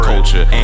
Culture